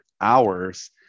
hours